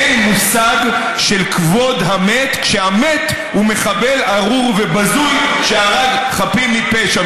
אין מושג של כבוד המת כשהמת הוא מחבל ארור ובזוי שהרג חפים מפשע.